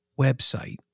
website